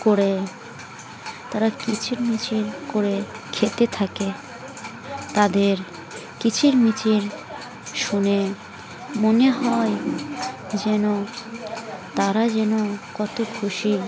করে তারা কিচিরমিচির করে খেতে থাকে তাদের কিচিরমিচির শুনে মনে হয় যেন তারা যেন কত খুশি